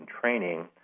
training